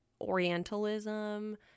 orientalism